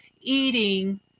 eating